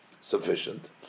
sufficient